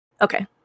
Okay